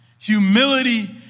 Humility